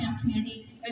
community